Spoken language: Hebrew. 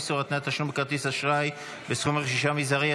איסור התניית תשלום בכרטיס אשראי בסכום רכישה מזערי),